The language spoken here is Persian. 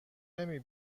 نمی